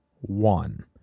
one